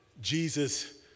Jesus